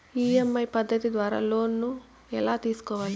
EMI పద్ధతి ద్వారా loan ఎలా తీసుకోవాలి